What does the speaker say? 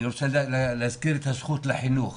אני רוצה להזכיר את הזכות לחינוך,